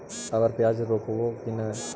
अबर प्याज रोप्बो की नय?